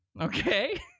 okay